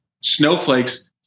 snowflakes